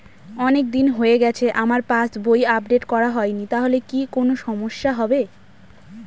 অনেকদিন হয়ে গেছে আমার পাস বই আপডেট করা হয়নি তাহলে কি কোন সমস্যা হবে?